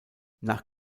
nach